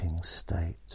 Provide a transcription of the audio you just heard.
state